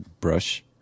brush